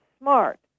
Smart